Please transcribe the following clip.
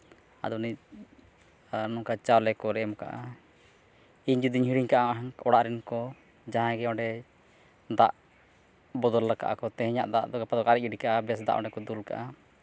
ᱟᱫᱚ ᱩᱱᱤ ᱟᱨ ᱱᱚᱝᱠᱟ ᱪᱟᱣᱞᱮ ᱠᱚᱞᱮ ᱮᱢ ᱠᱟᱜᱼᱟ ᱤᱧ ᱡᱩᱫᱤᱧ ᱦᱤᱲᱤᱧ ᱠᱟᱜᱼᱟ ᱚᱲᱟᱜ ᱨᱮᱱ ᱠᱚ ᱡᱟᱦᱟᱸᱭ ᱜᱮ ᱚᱸᱰᱮ ᱫᱟᱜ ᱵᱚᱫᱚᱞᱟᱜᱼᱟ ᱠᱚ ᱛᱮᱦᱮᱧᱟᱜ ᱫᱟᱜ ᱫᱚ ᱜᱟᱯᱟ ᱫᱚᱠᱚ ᱟᱨᱮᱡ ᱜᱤᱰᱤ ᱠᱟᱜᱼᱟ ᱟᱨ ᱵᱮᱥ ᱫᱟᱜ ᱚᱸᱰᱮ ᱫᱩᱞ ᱠᱟᱜᱼᱟ